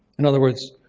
in other words,